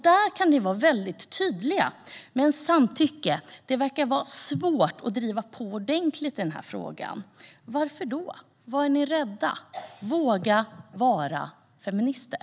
Där kan ni vara väldigt tydliga, men i frågan om samtycke verkar ni ha svårt att driva på ordentligt. Varför då? Vad är ni rädda för? Våga vara feminister!